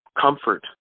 comfort